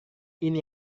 ini